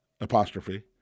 apostrophe